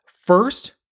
First